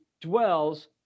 dwells